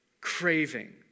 craving